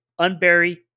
unbury